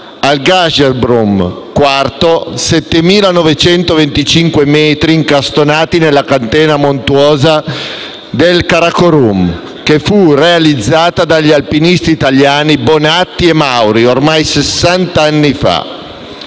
al Gasherbrum IV, 7.925 metri incastonati nella catena montuosa del Karakorum, che fu realizzata dagli alpinisti italiani Bonatti e Mauri, ormai sessant'anni fa.